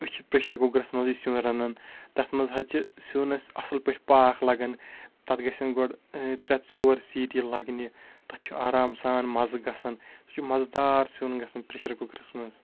أسۍ چھِ پریٚشَر کُکرَس منٛزٕے سیُٚن رَنان تَتھ منٛز حظ چھِ سِنَس اَصٕل پٲٹھۍ پاکھ لَگان تَتھ گَژھیٚن گۄڈٕ ترےٚ ژور سیٖٹی لَگنہِ تَتھ چھُ آرام سان مَزٕ گَژھان سُہ چھُ مَزٕدار سیُن گَژھان پریٚشَر کُکرَس منٛز